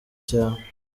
cyane